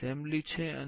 આ એસેમ્બલી છે